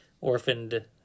orphaned